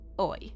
Oi